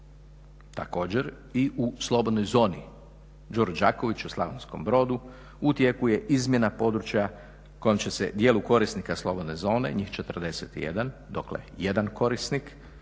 Također i u slobodnoj zoni